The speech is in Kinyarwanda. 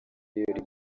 ibirori